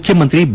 ಮುಖ್ಯಮಂತ್ರಿ ಬಿ